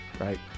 Right